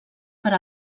per